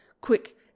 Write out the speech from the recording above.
Quick